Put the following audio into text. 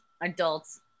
adults